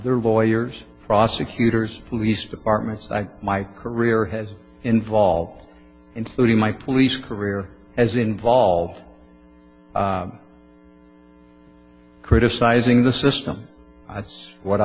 ther lawyers prosecutors police departments my career has involved including my police career has involved criticizing the system what